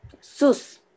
Sus